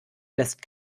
lässt